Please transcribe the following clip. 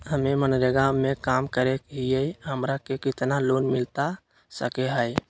हमे मनरेगा में काम करे हियई, हमरा के कितना लोन मिलता सके हई?